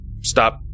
stop